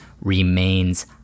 remains